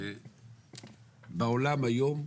בעולם היום,